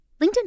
LinkedIn